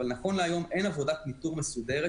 אבל נכון להיום אין עבודת ניתור מסודרת